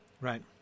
right